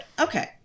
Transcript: Okay